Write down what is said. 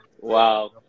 Wow